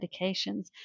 medications